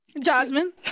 jasmine